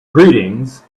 greetings